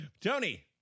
Tony